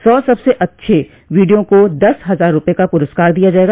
सौ सबसे अच्छे वीडियो को दस हजार रूपये का प्रस्कार दिया जायेगा